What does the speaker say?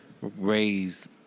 raise